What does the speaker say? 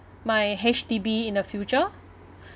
my H_D_B in the future